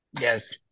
Yes